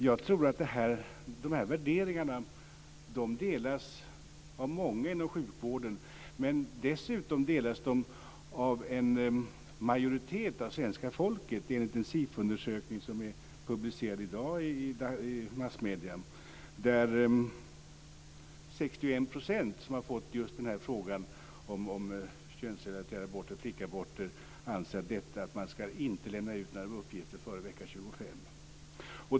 Jag tror att de här värderingarna delas av många inom sjukvården. Dessutom delas de av en majoritet av svenska folket enligt en Sifoundersökning som är publicerad i dag i massmedierna. 61 % av dem som har fått frågan om könsrelaterade flickaborter anser att man inte bör lämna ut uppgifter före vecka 25.